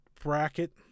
bracket